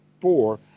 four